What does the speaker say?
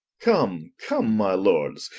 come, come, my lords,